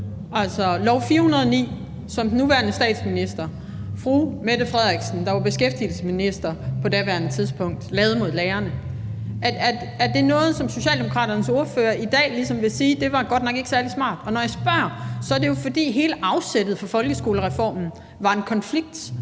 altså lov nr. 409, som den nuværende statsminister, fru Mette Frederiksen, lavede mod lærerne, da hun var beskæftigelsesminister på daværende tidspunkt, noget, som i dag får Socialdemokraternes ordfører til at sige: Det var godt nok ikke særlig smart? Når jeg spørger om det, er det jo, fordi hele afsættet for folkeskolereformen var en konflikt